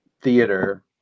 theater